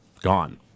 gone